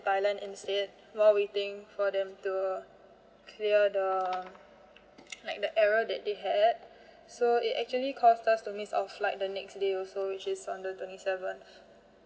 thailand instead while waiting for them to clear the like the error that they had so it actually caused us to miss our flight the next day also which is on the twenty seventh